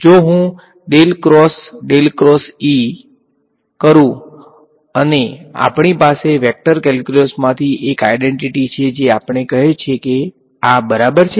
જો હું del cross del cross E કરું અને આપણી પાસે વેક્ટર કેલ્ક્યુલસમાંથી એક આઈડેંટીટી છે જે આપણને કહે છે કે આ બરાબર છે